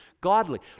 godly